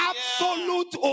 Absolute